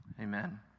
amen